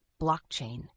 Blockchain